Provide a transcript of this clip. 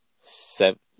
seven